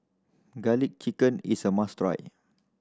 Garlic Chicken is a must try